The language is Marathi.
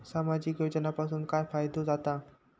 सामाजिक योजनांपासून काय फायदो जाता?